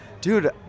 dude